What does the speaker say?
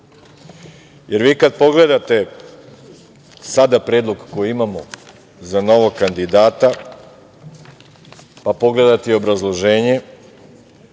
godine. Kad pogledate sada predlog koji imamo za novog kandidata, pa pogledate i obrazloženje,